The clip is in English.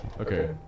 Okay